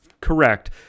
correct